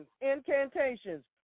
incantations